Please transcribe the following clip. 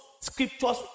scriptures